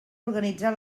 organitzar